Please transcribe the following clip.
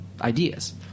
ideas